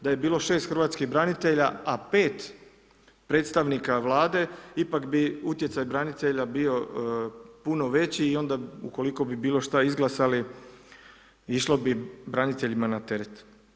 Da je bilo 6 hrvatskih branitelja a 5 predstavnika Vlade ipak bi utjecaj branitelja bio puno veći i onda ukoliko bi bilo šta izglasali išlo bi braniteljima na teret.